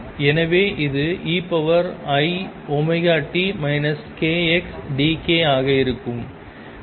எனவே இது eiωt kxdk ஆக இருக்கும்